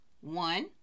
One